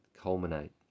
culminate